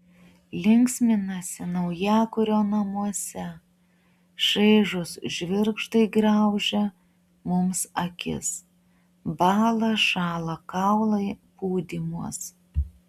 linksminasi naujakurio namuose šaižūs žvirgždai graužia mums akis bąla šąla kaulai pūdymuos